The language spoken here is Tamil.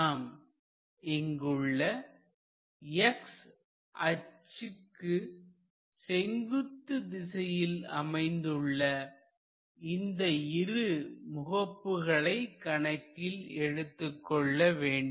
நாம் இங்குள்ள x அச்சுக்கு செங்குத்து திசையில் அமைந்துள்ள இந்த இரு முகப்புகளை கணக்கில் எடுத்துக் கொள்ள வேண்டும்